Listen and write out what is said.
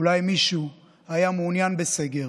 אולי מישהו היה מעוניין בסגר,